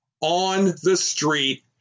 on-the-street